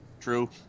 True